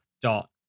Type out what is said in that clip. dot